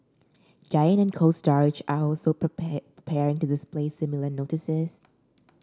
Giant and Cold Storage are also to display similar notices